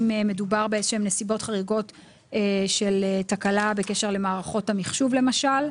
אם מדובר באיזה שהן נסיבות חריגות של תקלה בקשר למערכות המחשוב למשל.